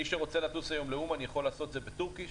מי שרוצה לטוס היום לאומן יכול לעשות את זה ב"טורקיש",